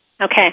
Okay